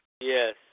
Yes